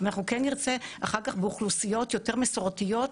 ואנחנו כן נרצה אחר כך באוכלוסיות יותר מסורתיות,